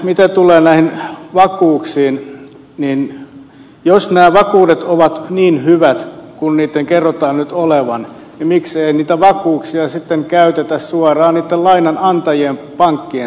mitä tulee näihin vakuuksiin niin jos nämä vakuudet ovat niin hyvät kuin niiden nyt kerrotaan olevan niin miksei niitä vakuuksia sitten käytetä suoraan niitten lainanantajien pankkien suuntaan